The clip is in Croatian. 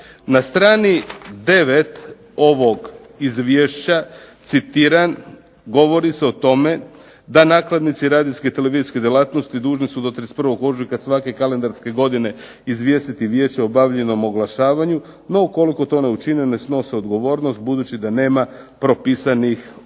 Na strani 9. ovog Izvješća citiram govori se o tome da nakladnici radijske i televizijske djelatnosti dužni su do 31. ožujka svake kalendarske godine izvijestiti vijeće o obavljenom oglašavanju. No, ukoliko to ne učine ne snose odgovornost budući da nema propisanih sankcija.